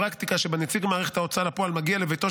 הפרקטיקה שבה נציג מערכת ההוצאה לפועל מגיע לביתו